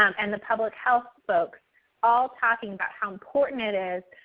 um and the public health folks all talking about how important it is